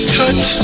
touch